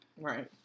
Right